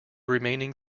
remaining